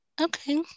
Okay